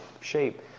shape